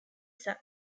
sons